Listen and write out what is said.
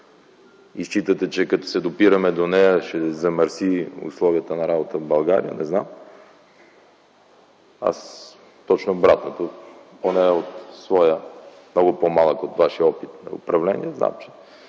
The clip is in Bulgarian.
считате, че като се допираме до нея, ще замърси условията на работа в България – не знам, аз точно обратното, поне от своя много по-малко от вашия опит на управление знам, че